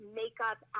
makeup